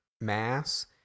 mass